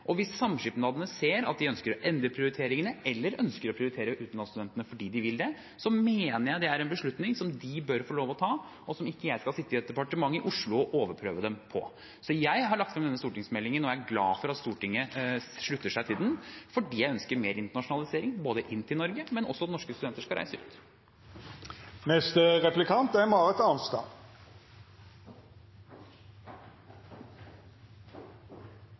Og hvis samskipnadene ser at de ønsker å endre prioriteringene eller ønsker å prioritere utenlandsstudentene fordi de vil det, mener jeg det er en beslutning som de bør få lov å ta, og som ikke jeg skal sitte i et departement i Oslo og overprøve dem på. Jeg har lagt frem denne stortingsmeldingen og er glad for at Stortinget slutter seg til den, fordi jeg ønsker mer internasjonalisering – både inn til Norge, og at norske studenter skal reise